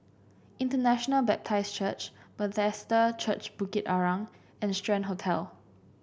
International Baptist Church Bethesda Church Bukit Arang and Strand Hotel